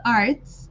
arts